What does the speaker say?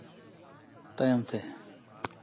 ᱛᱟᱭᱚᱢᱛᱮ